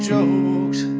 jokes